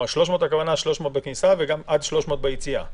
הכוונה ל-300 בכניסה וגם עד 300 ביציאה?